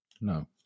no